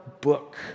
book